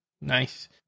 Nice